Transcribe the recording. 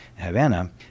Havana